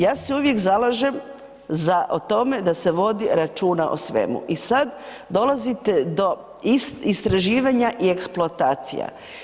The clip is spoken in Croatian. Ja se uvijek zalažem za o tome da se vodi računa o svemu i sad dolazite do istraživanja i eksploatacija.